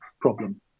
problem